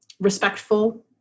respectful